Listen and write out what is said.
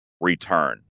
return